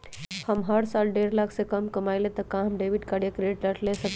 अगर हम हर साल डेढ़ लाख से कम कमावईले त का हम डेबिट कार्ड या क्रेडिट कार्ड ले सकली ह?